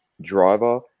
driver